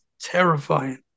terrifying